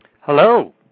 Hello